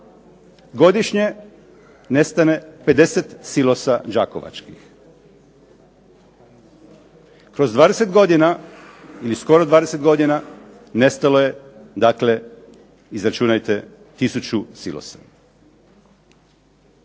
Godišnje nestane 50 silosa đakovačkih. Kroz 20 godina ili skoro 20 godina nestalo je dakle, izračunajte tisuću silosa.